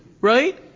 right